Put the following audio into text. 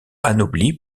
anobli